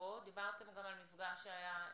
דיברת על מפגש שהיה אתמול,